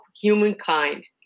humankind